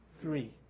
Three